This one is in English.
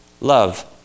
love